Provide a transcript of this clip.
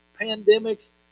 Pandemics